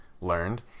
learned